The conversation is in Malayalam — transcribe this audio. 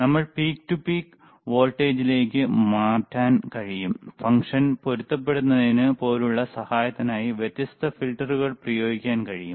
നമ്മൾക്ക് പീക്ക് to പീക്ക് വോൾട്ടേജിലേക്ക് മാറ്റാൻ കഴിയും ഫംഗ്ഷൻ പൊരുത്തപ്പെടുത്തുന്നതിന് പോലുള്ള സഹായത്തിനായി വ്യത്യസ്ത ഫിൽട്ടറുകൾ പ്രയോഗിക്കാൻ കഴിയും